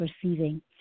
perceiving